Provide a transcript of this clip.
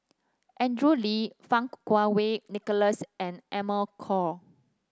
Andrew Lee Fang Kuo Wei Nicholas and Amy Khor